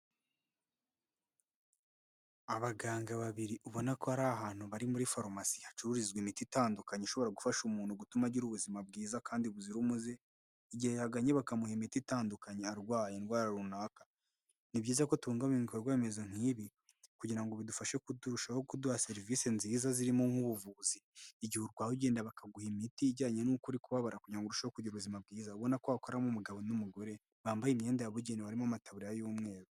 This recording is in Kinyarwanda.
Abaganga babiri ubona ko ari ahantu bari muri farumasi hacururizwa imiti itandukanye ishobora gufasha umuntu gutuma agira ubuzima bwiza kandi buzira umuze, igihe yahaganye bakamuha imiti itandukanye arwaye indwara runaka, ni byiza ko tubungabanga ibikorwa remezo nk'ibi kugira ngo bidufashe kuturushaho kuduha serivisi nziza zirimo nk'ubuvuzi igihe urwaye ugenda bakaguha imiti ijyanye n'ukuri kubabara kugira ngo urusheho kugira ubuzima bwiza, ubona ko hakoramo umugabo n'umugore bambaye imyenda yabugenewe harimo amataburiya y'umweru.